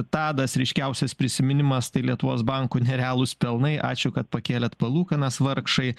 tadas ryškiausias prisiminimas tai lietuvos bankų nerealūs pelnai ačiū kad pakėlėt palūkanas vargšai